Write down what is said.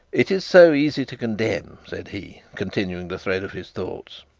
it is so easy to condemn said he, continuing the thread of his thoughts.